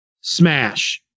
smash